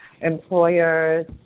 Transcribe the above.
employers